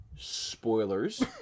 Spoilers